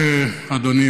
אדוני,